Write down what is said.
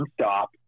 stop